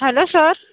hello sir